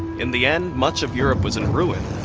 in the end, much of europe was in ruin,